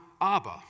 Abba